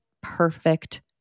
perfect